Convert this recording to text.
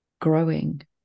growing